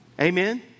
Amen